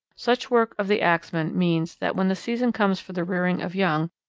such work of the axeman means that when the season comes for the rearing of young,